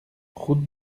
route